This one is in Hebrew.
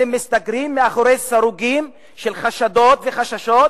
אתם מסתגרים מאחורי סורגים של חשדות וחששות